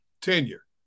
tenure